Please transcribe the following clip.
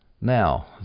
Now